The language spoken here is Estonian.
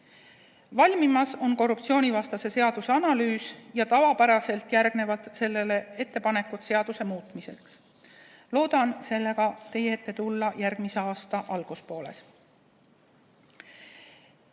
Valmimas on korruptsioonivastase seaduse analüüs ja tavapäraselt järgnevad sellele ettepanekud seaduse muutmiseks. Loodan sellega teie ette tulla järgmise aasta alguspooles.